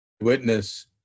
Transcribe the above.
witness